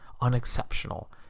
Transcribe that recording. unexceptional